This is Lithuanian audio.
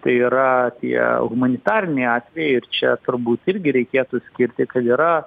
tai yra tie humanitariniai atvejai ir čia turbūt irgi reikėtų skirti kad yra